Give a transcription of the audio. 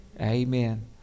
amen